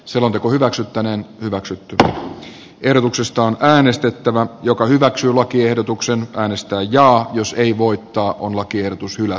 selonteko hyväksyttäneen hyväksy tätä ehdotuksesta äänestettävä joka hyväksyy lakiehdotuksen äänestää jaa jos ei voittaa on lakiehdotus hylätty